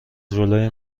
جلوی